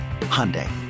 Hyundai